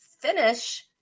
finish